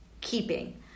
keeping